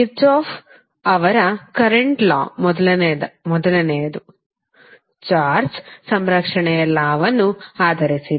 Kirchhoff Kirchhoff's ಅವರ current law ಮೊದಲನೆಯಲಾದು charge ಸಂರಕ್ಷಣೆಯ ಲಾ ವನ್ನು ಆಧರಿಸಿದೆ